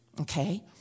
Okay